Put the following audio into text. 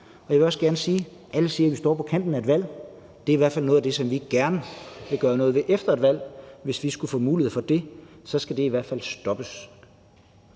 vi simpelt hen ikke. Alle siger, at vi står på kanten af et valg, og jeg vil gerne sige, at det i hvert fald er noget, som vi gerne vil gøre noget ved efter et valg. Hvis vi skulle få mulighed for det, skal det i hvert fald stoppes.